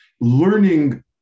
learning